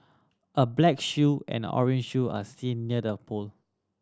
a black shoe and orange shoe are seen near the pole